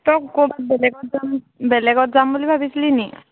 তই ক'ৰবাত বেলেগত যাম বেলেগত যাম বুলি ভাবিছিলি নেকি